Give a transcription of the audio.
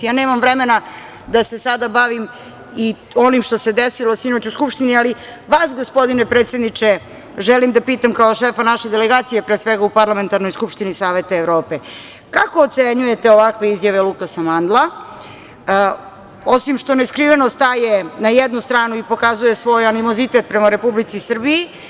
Nemam vremena da se sada bavim onim što se desilo sinoć u skupštini, ali vas, gospodine predsedniče, želim da pitam kao šefa naše delegacije u Parlamentarnoj skupštini Saveta Evrope – kako ocenjujete ovakve izjave Lukasa Mandla, osim što neskriveno staje na jednu stranu i pokazuje svoj animozitet prema Republici Srbiji?